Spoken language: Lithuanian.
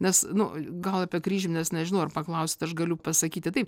nes nu gal apie kryžmines nežinau ar paklausit aš galiu pasakyti taip